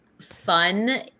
fun